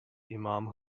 imam